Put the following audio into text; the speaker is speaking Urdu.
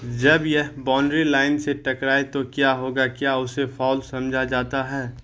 جب یہ باؤنڈری لائن سے ٹکرائے تو کیا ہوگا کیا اسے فاؤل سمجھا جاتا ہے